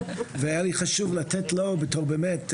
והיה לי חשוב לתת לו בתור באמת,